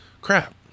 Crap